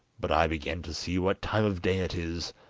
but i begin to see what time of day it is,